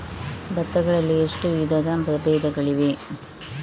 ಭತ್ತ ಗಳಲ್ಲಿ ಎಷ್ಟು ವಿಧದ ಪ್ರಬೇಧಗಳಿವೆ?